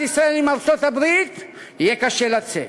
ישראל עם ארצות-הברית יהיה קשה לצאת.